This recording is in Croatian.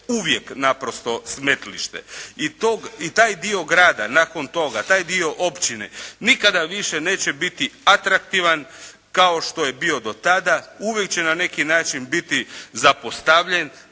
uvijek naprosto smetlište. I taj dio grada nakon toga, taj dio općine, nikada više neće biti atraktivan kao što je bio do tada. Uvijek će na neki način biti zapostavljen